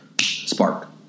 spark